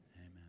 Amen